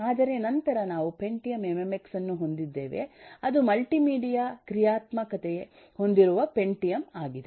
ಆದರೆ ನಂತರ ನಾವು ಪೆಂಟಿಯಮ್ ಎಂಎಂಎಕ್ಸ್ ಅನ್ನು ಹೊಂದಿದ್ದೇವೆ ಅದು ಮಲ್ಟಿಮೀಡಿಯಾ ಕ್ರಿಯಾತ್ಮಕತೆ ಹೊಂದಿರುವ ಪೆಂಟಿಯಮ್ ಆಗಿದೆ